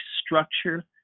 structure